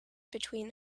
between